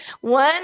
one